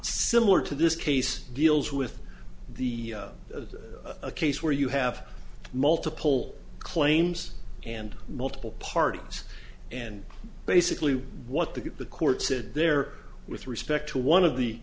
similar to this case deals with the a case where you have multiple claims and multiple parties and basically what the get the court said there with respect to one of